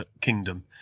Kingdom